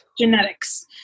genetics